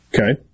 Okay